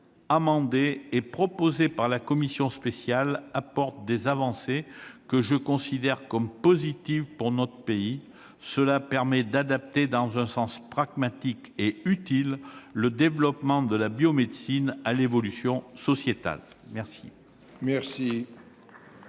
amendé par la commission spéciale, apporte des avancées que je considère comme positives pour notre pays. Il permet d'adapter, dans un sens pragmatique et utile, le développement de la biomédecine à l'évolution sociétale. La